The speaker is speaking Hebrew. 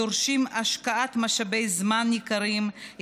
הדורשים השקעת משאבי זמן ניכרים,